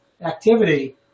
activity